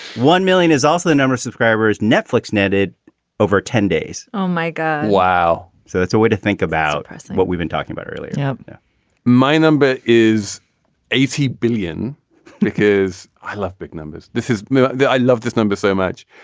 one million is also the number subscribers. netflix netted over ten days. oh, my god. wow. so that's a way to think about what we've been talking about earlier yeah my number is eighty billion because i love big numbers. this is i love this number so much.